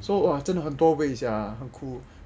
so !wah! 真的很多位 sia